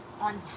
on